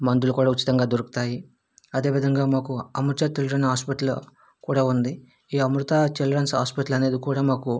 మందులు కూడా ఉచితంగా దొరుకుతాయి అదే విధంగా మాకు అమృత చిల్డ్రన్ హాస్పిటల్ కూడా ఉంది ఈ అమృత చిల్డ్రన్స్ హాస్పిటల్ అనేది కూడా మాకు